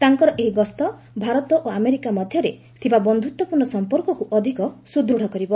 ତାଙ୍କର ଏହି ଗସ୍ତ ଭାରତ ଓ ଆମେରିକା ମଧ୍ୟରେ ଥିବା ବନ୍ଧୁତ୍ୱପୂର୍ଣ୍ଣ ସମ୍ପର୍କକୁ ଅଧିକ ସୁଦୃଢ଼ କରିବ